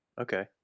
okay